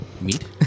Meat